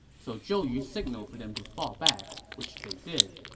so zhou yu signaled for them to fall back, which they did.